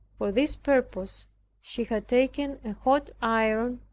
for this purpose she had taken a hot iron,